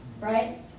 Right